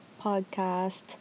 podcast